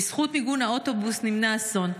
בזכות מיגון האוטובוס נמנע אסון,